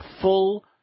full